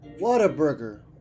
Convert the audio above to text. Whataburger